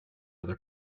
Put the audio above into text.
other